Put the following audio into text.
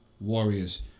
Warriors